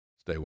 Stay